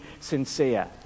sincere